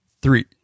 three